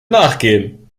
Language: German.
nachgehen